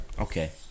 Okay